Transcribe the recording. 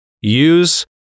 use